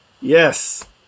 yes